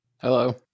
Hello